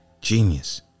genius